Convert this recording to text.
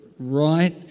right